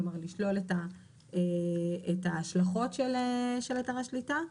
כלומר, לשלול את ההשלכות של היתר השליטה.